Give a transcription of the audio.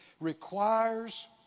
requires